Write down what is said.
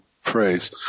phrase